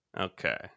Okay